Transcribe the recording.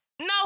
No